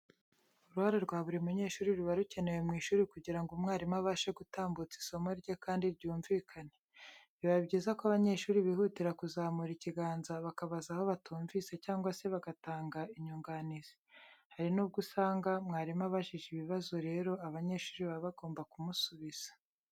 Uruhare rwa buri munyeshuri ruba rukenewe mu ishuri kugira ngo umwarimu abashe gutambutsa isomo rye kandi ryumvikane. Biba byiza ko abanyeshuri bihutira kuzamura ikiganza bakabaza aho batumvise cyangwa se bagatanga inyunganizi. Hari nubwo usanga mwarimu abajije ikibazo, rero abanyeshuri baba bagomba kumusubiza.